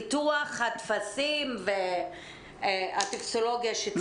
מפיתוח הטפסים והטופסולוגיה שצריכים להגיש?